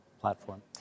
platform